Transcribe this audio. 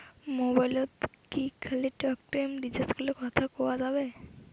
মোবাইলত কি খালি টকটাইম রিচার্জ করিলে কথা কয়া যাবে?